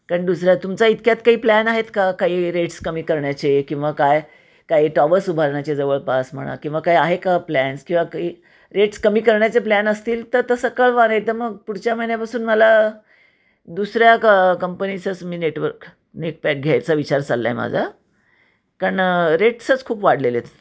कारण दुसऱ्या तुमचा इतक्यात काही प्लॅन आहेत काही रेट्स कमी करण्याचे किंवा काय काही टॉवर्स उभारण्याचे जवळपास म्हणा किंवा काय आहे का प्लॅन्स किंवा काही रेट्स कमी करण्याचे प्लॅन असतील तर तसं कळवा नाही तर मग पुढच्या महिन्यापासून मला दुसऱ्या कंपनीचच मी नेटवर्क नेटपॅक घ्यायचा विचार चालला आहे माझा कारण रेट्सच खूप वाढलेले आहेत